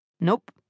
Nope